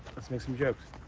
let's make some jokes.